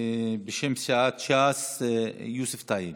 בשם סיעת ש"ס יוסף טייב.